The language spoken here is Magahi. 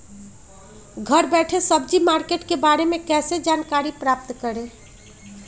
घर बैठे सब्जी मार्केट के बारे में कैसे जानकारी प्राप्त करें?